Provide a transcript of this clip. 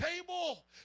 table